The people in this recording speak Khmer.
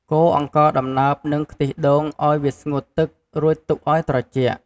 កូរអង្ករដំណើបនិងខ្ទិះដូងឱ្យវាស្ងួតទឹករួចទុកឱ្យត្រជាក់។